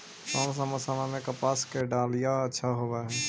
कोन सा मोसम कपास के डालीय अच्छा होबहय?